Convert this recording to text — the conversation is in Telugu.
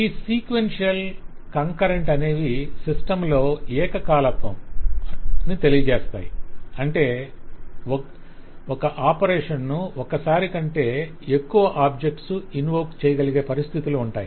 ఈ సీక్వెన్షియల్ కాంకర్రెంట్ అనేవి సిస్టమ్ లో ఏకకాలత్వం ని తెలియజేస్తాయి అంటే ఒక ఆపరేషన్ ను ఒకేసారి ఒకటి కంటే ఎక్కువ ఆబ్జెక్ట్స్ ఇన్వోక్ చేయగలిగే పరిస్థితులు ఉంటాయి